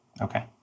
Okay